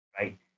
right